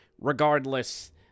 regardless